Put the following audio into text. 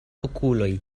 okuloj